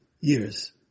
years